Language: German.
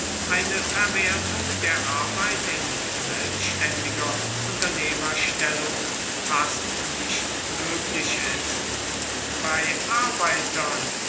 eine verwertung der arbeit in selbständiger unternehmerstellung fast nicht möglich ist bei arbeitern